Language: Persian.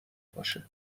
باشه